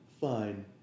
Fine